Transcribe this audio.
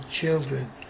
children